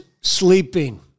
sleeping